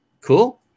Cool